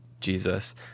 Jesus